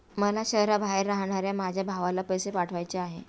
मला शहराबाहेर राहणाऱ्या माझ्या भावाला पैसे पाठवायचे आहेत